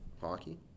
hockey